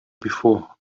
before